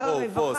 הוא פה, הוא פה.